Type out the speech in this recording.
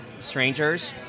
strangers